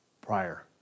prior